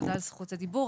תודה על זכות הדיבור,